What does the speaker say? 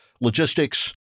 logistics